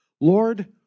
Lord